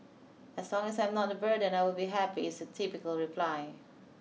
as long as I'm not a burden I will be happy is a typical reply